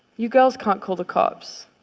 you girls can't call the cops.